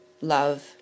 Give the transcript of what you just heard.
love